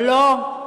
אבל לא,